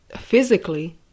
physically